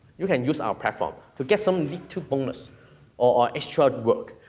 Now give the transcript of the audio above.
you can use our platform, to get some little bonus or extra work,